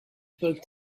spoke